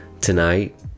tonight